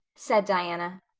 said diana.